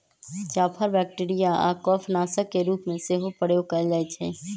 जाफर bacteria आऽ कफ नाशक के रूप में सेहो प्रयोग कएल जाइ छइ